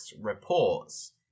reports